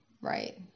Right